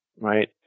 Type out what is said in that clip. right